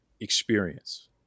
experience